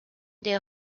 der